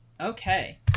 Okay